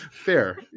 fair